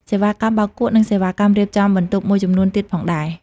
សេវាកម្មបោកគក់ និងសេវាកម្មរៀបចំបន្ទប់មួយចំនួនទៀតផងដែរ។